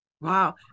Wow